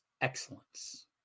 excellence